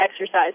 exercise